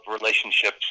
relationships